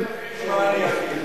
למה אתה מנחש מה אני אגיד?